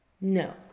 No